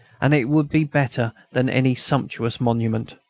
and it would be better than any sumptuous monument.